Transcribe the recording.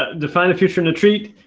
define the future in a tweet?